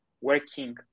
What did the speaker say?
working